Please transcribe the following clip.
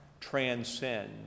transcend